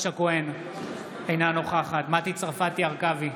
אינה נוכחת מטי צרפתי הרכבי,